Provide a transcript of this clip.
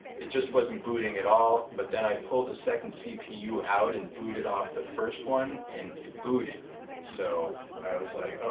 it just wasn't booting at all but then i pulled the second cpu out and booted off the first one and it booted so i was like.